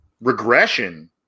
regression